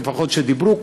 לפחות אלה שדיברו,